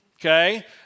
okay